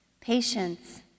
patience